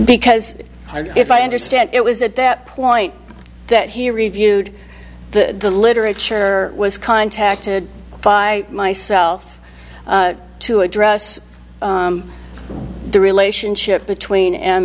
because if i understand it was a point that he reviewed the literature was contacted by myself to address the relationship between m